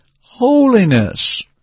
holiness